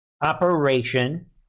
operation